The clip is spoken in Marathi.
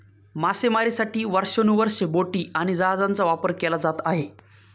मासेमारीसाठी वर्षानुवर्षे बोटी आणि जहाजांचा वापर केला जात आहे